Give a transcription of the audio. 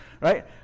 right